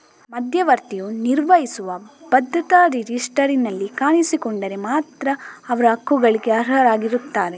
ಮಧ್ಯವರ್ತಿಯು ನಿರ್ವಹಿಸುವ ಭದ್ರತಾ ರಿಜಿಸ್ಟರಿನಲ್ಲಿ ಕಾಣಿಸಿಕೊಂಡರೆ ಮಾತ್ರ ಅವರು ಹಕ್ಕುಗಳಿಗೆ ಅರ್ಹರಾಗಿರುತ್ತಾರೆ